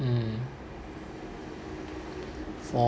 mm for